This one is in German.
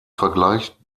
vergleich